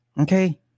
Okay